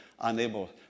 unable